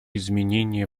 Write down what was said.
изменение